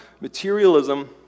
materialism